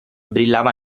brillava